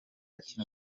kino